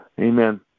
Amen